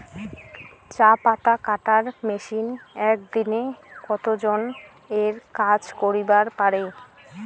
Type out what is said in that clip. চা পাতা কাটার মেশিন এক দিনে কতজন এর কাজ করিবার পারে?